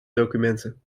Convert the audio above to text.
documenten